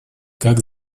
как